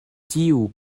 tiu